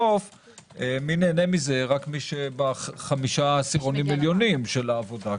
מי נהנה מזה רק מי שבחמישה עשירונים עליונים של העבודה,